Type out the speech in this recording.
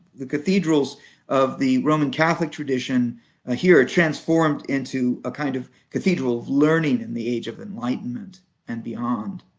the cathedrals of the roman catholic tradition ah here are transformed into a kind of cathedral of learning in the age of enlightenment and beyond.